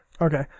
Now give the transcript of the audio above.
Okay